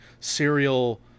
serial